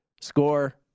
Score